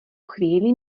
chvíli